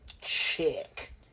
Chick